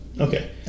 okay